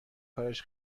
کارش